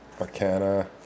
Arcana